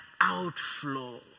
outflow